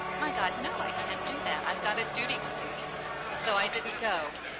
my, god. no, i can't do that. i've got a duty to do so i didn't go.